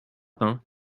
pain